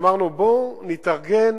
אמרנו: בואו נתארגן,